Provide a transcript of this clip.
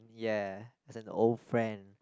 ya as an old friend